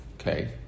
okay